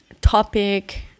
topic